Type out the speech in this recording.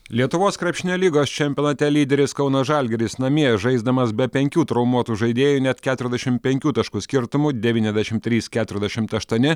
lietuvos krepšinio lygos čempionate lyderis kauno žalgiris namie žaisdamas be penkių traumuotų žaidėjų net keturiasdešim penkių taškų skirtumu devyniasdešim trys keturiasdešimt aštuoni